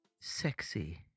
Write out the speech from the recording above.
sexy